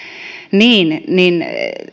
niin niin